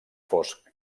fosc